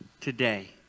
today